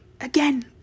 again